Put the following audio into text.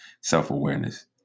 self-awareness